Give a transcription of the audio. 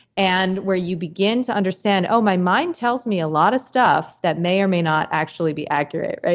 and where you begin to understand, oh my mind tells me a lot of stuff that may or may not actually be accurate.